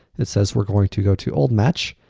it says we're going to go to old match,